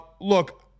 look